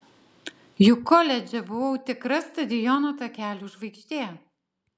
juk koledže buvau tikra stadiono takelių žvaigždė